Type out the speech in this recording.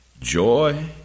joy